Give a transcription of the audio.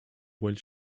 while